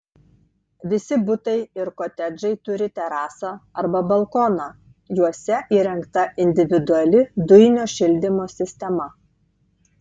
visi butai ir kotedžai turi terasą arba balkoną juose įrengta individuali dujinio šildymo sistema